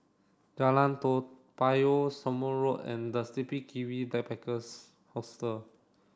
Jalan Toa Payoh Somme Road and the Sleepy Kiwi Backpackers Hostel